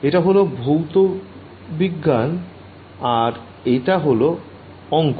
এটা হল ভৌত বিজ্ঞান আর এটা অঙ্ক